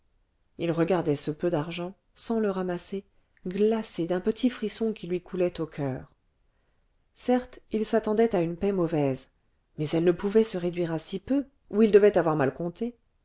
il regardait ce peu d'argent sans le ramasser glacé d'un petit frisson qui lui coulait au coeur certes il s'attendait à une paie mauvaise mais elle ne pouvait se réduire à si peu ou il devait avoir mal compté